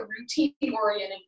routine-oriented